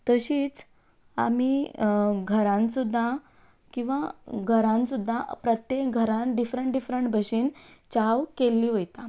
तशेंच आमीं घरांत सुद्दां किंवां घरांत सुद्दां प्रत्येक घरांत डिफरंट डिफरंट भशेन च्या केल्ली वता